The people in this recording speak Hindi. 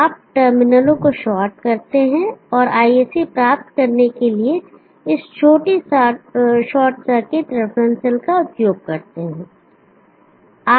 आप टर्मिनलों को शॉर्ट करते हैं और ISC प्राप्त करने के लिए इस छोटी शॉर्ट सर्किट रेफरेंस सेल का उपयोग करते हैं